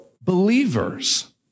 believers